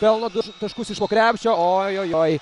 pelno du taškus iš po krepšio ojojoi